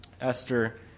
Esther